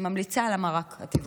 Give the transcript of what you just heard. אני ממליצה על המרק הטבעוני.